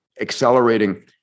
accelerating